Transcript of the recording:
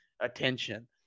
attention